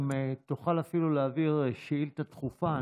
אם תוכל אפילו להעביר שאילתה דחופה,